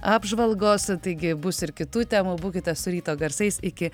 apžvalgos taigi bus ir kitų temų būkite su ryto garsais iki